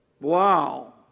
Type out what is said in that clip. Wow